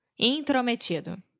Intrometido